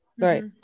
right